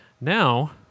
Now